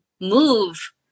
move